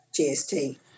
GST